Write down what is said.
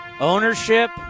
ownership